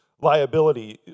liability